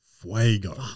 fuego